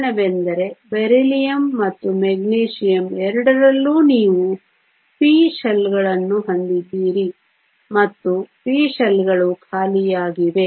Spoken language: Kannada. ಕಾರಣವೆಂದರೆ ಬೆರಿಲಿಯಮ್ ಮತ್ತು ಮೆಗ್ನೀಸಿಯಮ್ ಎರಡರಲ್ಲೂ ನೀವು ಪಿ ಶೆಲ್ಗಳನ್ನು ಹೊಂದಿದ್ದೀರಿ ಮತ್ತು ಪಿ ಶೆಲ್ಗಳು ಖಾಲಿಯಾಗಿವೆ